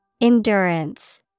Endurance